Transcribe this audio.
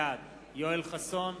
בעד יואל חסון,